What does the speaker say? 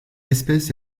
espèce